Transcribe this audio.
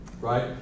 right